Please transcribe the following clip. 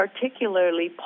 particularly